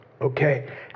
okay